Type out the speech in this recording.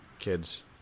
kids